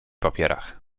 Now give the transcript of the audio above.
papierach